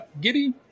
Giddy